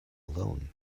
alone